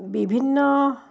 বিভিন্ন